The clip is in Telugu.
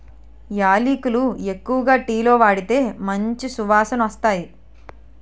యాలకులు ఎక్కువగా టీలో వాడితే మంచి సువాసనొస్తాయి